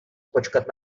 počkat